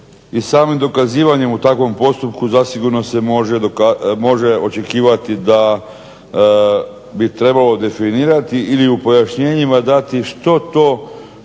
samim dokazivanjem u takvom postupku zasigurno se može očekivati da bi trebalo definirati ili u pojašnjenjima dati što to